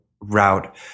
route